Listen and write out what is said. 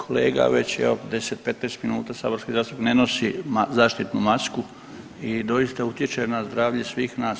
Kolega već evo 10, 15 minuta saborski zastupnik ne nosi zaštitnu masku i doista utječe na zdravlje svih nas.